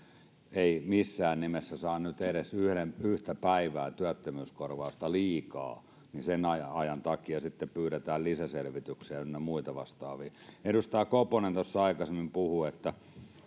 ei missään nimessä saa nyt edes yhden yhtä päivää työttömyyskorvausta liikaa ja sen ajan ajan takia sitten pyydetään lisäselvityksiä ynnä muita vastaavia edustaja koponen tuossa aikaisemmin puhui